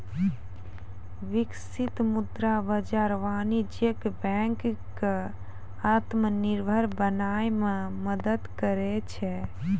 बिकसित मुद्रा बाजार वाणिज्यक बैंको क आत्मनिर्भर बनाय म मदद करै छै